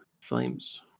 flames